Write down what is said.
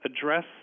address